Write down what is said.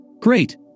Great